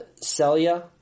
Celia